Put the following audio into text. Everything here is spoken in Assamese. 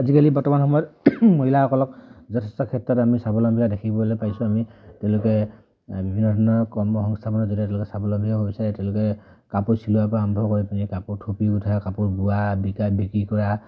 আজিকালি বৰ্তমান সময়ত মহিলাসকলক যথেষ্ট ক্ষেত্ৰত আমি স্বাৱলম্বী হোৱা দেখিবলৈ পাইছোঁ আমি তেওঁলোকে বিভিন্ন ধৰণৰ কৰ্ম সংস্থাপনত যেতিয়া তেওঁলোকে স্বাৱলম্বী হ'ব বিচাৰে তেওঁলোকে কাপোৰ চিলোৱাৰ পৰা আৰম্ভ কৰি পিনি কাপোৰ থুপি উঠা কাপোৰ বোৱা বিকা বিক্ৰী কৰা